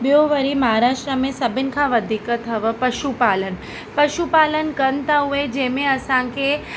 ॿियो वरी महाराष्ट्रा में सभिनि खां वधीक अथव पशु पालन पशु पालन कनि था उहे जंहिं में असांखे